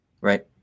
Right